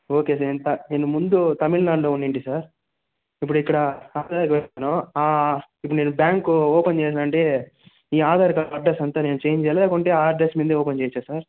okay sir నేను ముందు తమిళనాడులో ఉండుంటి సార్ ఇప్పుడు ఇక్కడ ఇప్పుడు నేను బ్యాంక్ ఓపెన్ చేయడం అంటే ఈ ఆధార్ కార్డు అడ్రస్ అంతా నేను చేంజ్ చేయాలా లేకుంటే ఆ అడ్రస్ మీదే ఓపెన్ చెయవచ్చా సార్